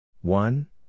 One